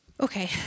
Okay